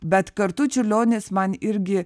bet kartu čiurlionis man irgi